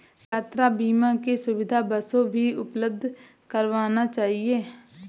यात्रा बीमा की सुविधा बसों भी उपलब्ध करवाना चहिये